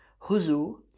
huzu